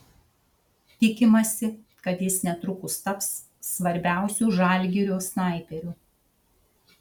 tikimasi kad jis netrukus taps svarbiausiu žalgirio snaiperiu